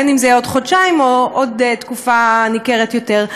בין אם זה יהיה עוד חודשיים או עוד תקופה ניכרת יותר.